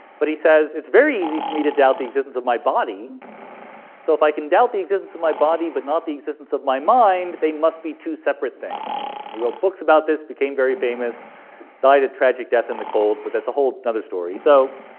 but he says it's very easy for me to doubt the existence of my body so if i can doubt the existence of my body but not the existence of my mind they must be two separate things he wrote books about this became very famous died a tragic death in the cold, but that's a whole another story, so.